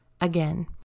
again